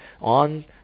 on